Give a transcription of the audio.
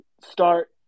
start